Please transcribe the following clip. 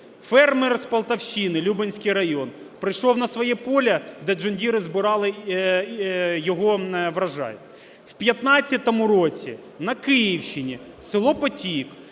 Фермер з Полтавщини, Лубенський район, прийшов на своє поле, де "Джон Діри" збирали його врожай. У 15-му році на Київщині, село Потік,